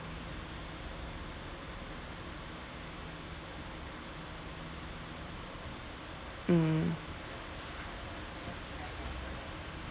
mm